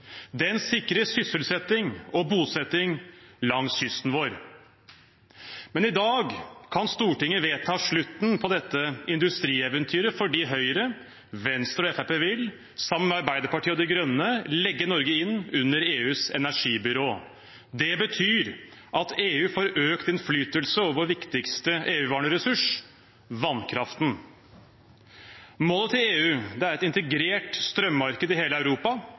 Den sikrer sysselsetting og bosetting langs kysten vår. Men i dag kan Stortinget vedta slutten på dette industrieventyret, fordi Høyre, Venstre og Fremskrittspartiet, sammen med Arbeiderpartiet og De Grønne, vil legge Norge inn under EUs energibyrå. Det betyr at EU får økt innflytelse over vår viktigste evigvarende ressurs, vannkraften. Målet til EU er et integrert strømmarked i hele Europa,